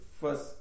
first